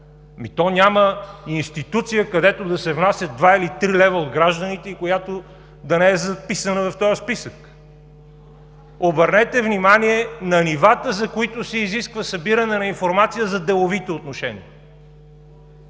То няма институция, където да се внасят два или три лева от гражданите и която да не е записана в този списък. Обърнете внимание на нивата, за които се изисква събиране на информация за деловите отношения.